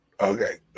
Okay